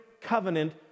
covenant